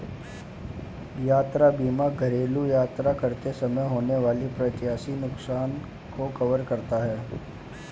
यात्रा बीमा घरेलू यात्रा करते समय होने वाले अप्रत्याशित नुकसान को कवर करता है